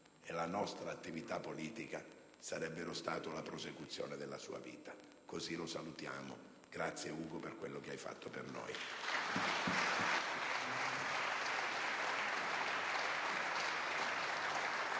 e la nostra attività politica sarebbero stati una prosecuzione della sua vita. Così lo salutiamo. Grazie, Ugo, per quello che hai fatto per noi.